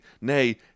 nay